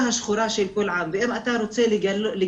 השחורה של כל עם ואם אתה רוצה לגלות